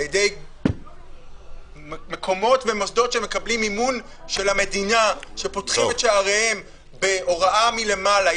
על ידי מקומות שמקבלים מהמדינה ופותחים את שעריהם בהוראה מלמעלה.